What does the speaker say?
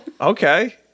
Okay